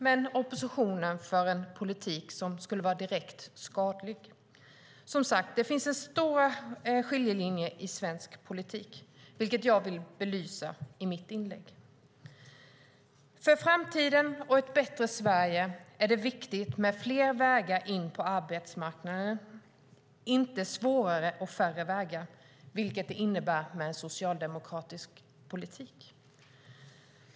Men oppositionen för en politik som skulle vara direkt skadlig. Det finns som sagt en stor skiljelinje i svensk politik, vilket jag vill belysa i mitt inlägg. För framtiden och ett bättre Sverige är det viktigt med fler vägar in på arbetsmarknaden, inte svårare och färre vägar, vilket det innebär med en socialdemokratisk politik.